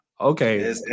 Okay